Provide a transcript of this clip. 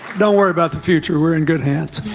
don't worry about the future. we're in good hands,